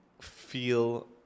Feel